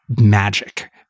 magic